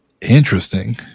Interesting